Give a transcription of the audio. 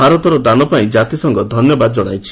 ଭାରତର ଦାନ ପାଇଁ ଜାତିସଂଘ ଧନ୍ୟବାଦ ଜଣାଇଛି